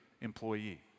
employee